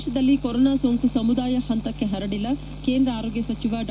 ದೇಹದಲ್ಲಿ ಕೊರೊನಾ ಸೋಂಕು ಸಮುದಾಯ ಹಂತಕ್ಕೆ ಪರಡಿಲ್ಲ ಕೇಂದ್ರ ಆರೊನ್ಯ ಸಜಿವ ಡಾ